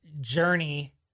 journey